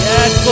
Yes